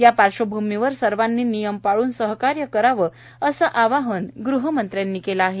या पार्श्वभूमीवर सर्वांनी नियम पाळून सहकार्य करावे असे आवाहन गहमंत्र्यांनी केले आहे